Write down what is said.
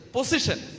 Position